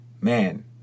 man